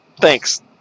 thanks